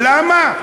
למה?